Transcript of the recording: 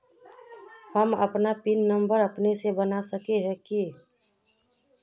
हम अपन pin number अपने से बना सके है की?